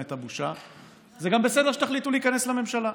את הבושה: זה גם בסדר שתחליטו להיכנס לממשלה.